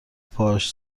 پاهاش